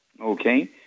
Okay